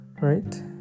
Right